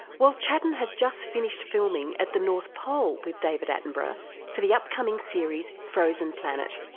well, chadden has just finished filming at the north pole with david attenborough for the upcoming series frozen planet.